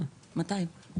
200,